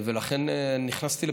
ולכן נכנסתי לפעולה,